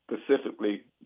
Specifically